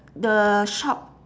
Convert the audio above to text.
the shop